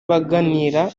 baganira